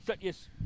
Yes